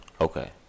Okay